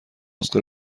نسخه